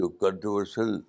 controversial